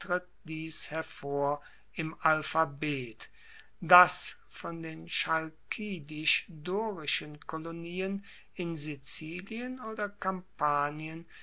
hervor im alphabet das von den chalkidisch dorischen kolonien in sizilien oder kampanien